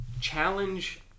challenge